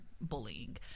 bullying